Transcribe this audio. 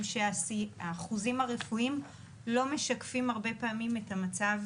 שהאחוזים הרפואיים לא משקפים הרבה פעמים את המצב